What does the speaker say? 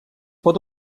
pot